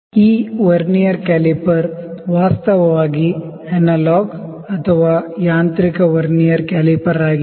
ಈ vernier caliper ವಾಸ್ತವವಾಗಿ analog ಅಥವಾ ಯಾಂತ್ರಿಕ ವರ್ನಿಯರ್ ಕ್ಯಾಲಿಪರ್ ಆಗಿದೆ